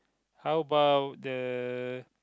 how about the